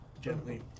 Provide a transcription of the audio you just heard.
gently